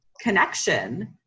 connection